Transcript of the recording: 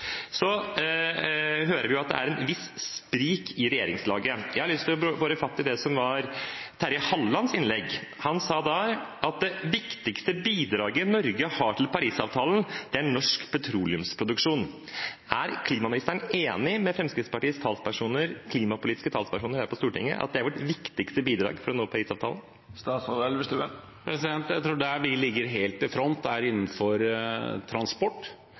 Så hører vi at det er et visst sprik i regjeringslaget. Jeg har lyst til å ta fatt i det som var Terje Hallelands innlegg. Han sa at det viktigste bidraget Norge har til Parisavtalen, er norsk petroleumsproduksjon. Er klimaministeren enig med Fremskrittspartiets klimapolitiske talspersoner her på Stortinget i at det er vårt viktigste bidrag for å nå Parisavtalen? Jeg tror at der vi ligger helt i front, er innenfor transport